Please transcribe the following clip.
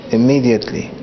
immediately